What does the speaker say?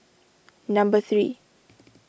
number three